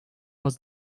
was